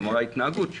כלומר מההתנהגות שלו.